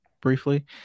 briefly